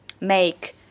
make